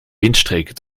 windstreken